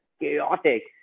chaotic